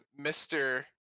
Mr